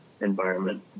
environment